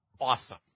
awesome